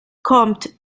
kommt